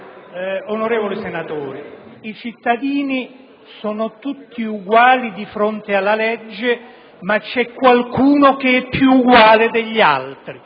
onorevoli senatori, i cittadini sono tutti uguali di fronte alla legge, ma c'è qualcuno che è più uguale degli altri